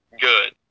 good